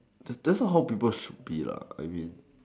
that that's not how people should be lah I mean